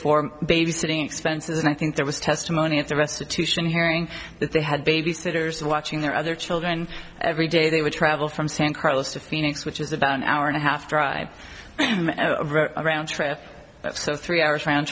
for babysitting expenses and i think there was testimony at the restitution here being that they had babysitters watching their other children every day they would travel from san carlos to phoenix which is about an hour and a half drive round trip so three hours round